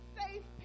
safe